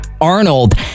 Arnold